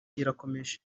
irakomeje